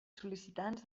sol·licitants